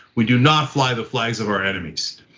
we do not fly the flags of our enemies.